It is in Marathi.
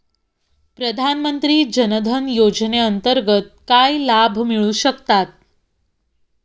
प्रधानमंत्री जनधन योजनेअंतर्गत काय लाभ मिळू शकतात?